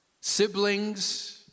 siblings